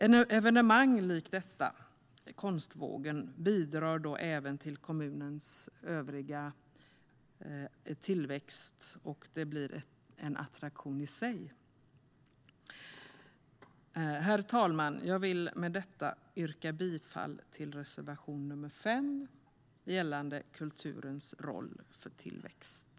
Ett evenemang likt detta - Konstvågen - bidrar även till kommunens övriga tillväxt, och det blir en attraktion i sig. Herr talman! Jag vill med detta yrka bifall till reservation 5 gällande kulturens roll för tillväxt.